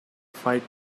fight